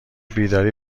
بیداری